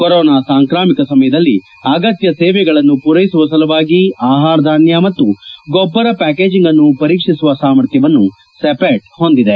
corona ಸಾಂಕಾಮಿಕ ಸಮಯದಲ್ಲಿ ಅಗತ್ತ ಸೇವೆಗಳನ್ನು ಪೂರ್ಸೆಸುವ ಸಲುವಾಗಿ ಆಹಾರ ಧಾನ್ಯ ಮತ್ತು ಗೊಬ್ಲರ ಪ್ಯಾಕೇಜಿಂಗ್ ಅನ್ನು ಪರೀಕ್ಷಿಸುವ ಸಾಮರ್ಥ್ಯವನ್ನು ಸೆಪೆಟ್ ಹೊಂದಿದೆ